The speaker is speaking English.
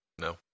No